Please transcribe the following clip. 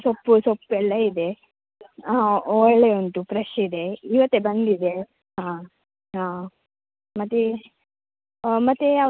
ಸೊಪ್ಪು ಸೊಪ್ಪೆಲ್ಲ ಇದೆ ಹಾಂ ಒಳ್ಳೆ ಉಂಟು ಫ್ರೆಶ್ ಇದೆ ಇವತ್ತೇ ಬಂದಿದೆ ಹಾಂ ಹಾಂ ಮತ್ತು ಮತ್ತು ಯಾವ